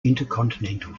intercontinental